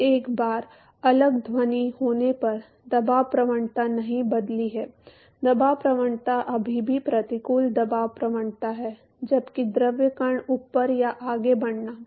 अब एक बार अलग ध्वनि होने पर दबाव प्रवणता नहीं बदली है दबाव प्रवणता अभी भी प्रतिकूल दबाव प्रवणता है जबकि द्रव कण ऊपर या आगे बढ़ना